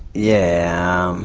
yeah, um